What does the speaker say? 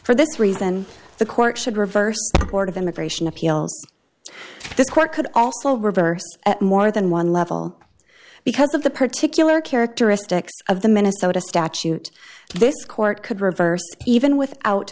for this reason the court should reverse court of immigration appeals this court could also reverse at more than one level because of the particular characteristics of the minnesota statute this court could reverse even without